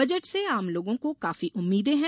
budget से आम लोगों को काफी उम्मीदें हैं